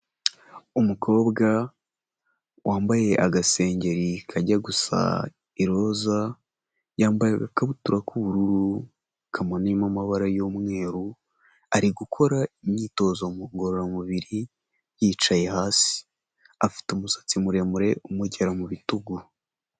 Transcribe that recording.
Umukobwa wambaye agasengeri kajya gusa iroza, yambaye agakabutura k'ubururu kamanuyemo amabara y'umweru, ari gukora imyitozo ngororamubiri yicaye hasi, afite umusatsi muremure umwe ugera mu bitugu.